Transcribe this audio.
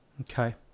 Okay